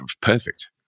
perfect